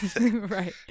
Right